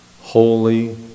Holy